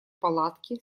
палатки